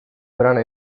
brano